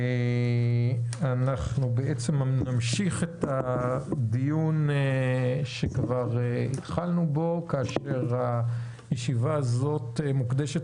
אנחנו נמשיך את הדיון בו התחלנו כאשר הישיבה הזאת מוקדשת